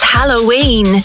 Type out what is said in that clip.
Halloween